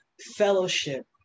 fellowship